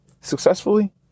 successfully